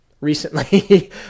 recently